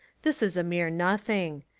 this is a mere nothing.